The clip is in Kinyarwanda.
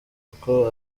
uko